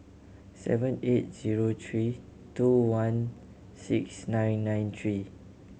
seven eight zero three two one six nine nine three